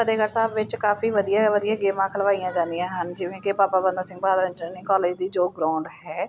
ਫਤਿਹਗੜ੍ਹ ਸਾਹਿਬ ਵਿੱਚ ਕਾਫੀ ਵਧੀਆ ਵਧੀਆ ਗੇਮਾਂ ਖਿਡਾਈਆਂ ਜਾਂਦੀਆਂ ਹਨ ਜਿਵੇਂ ਕਿ ਬਾਬਾ ਬੰਦਾ ਸਿੰਘ ਬਹਾਦਰ ਇੰਜੀਨੀਅਰਿੰਗ ਕੋਲਜ ਦੀ ਜੋ ਗਰੋਂਡ ਹੈ